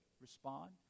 respond